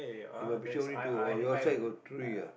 in my picture only two or your side got three ah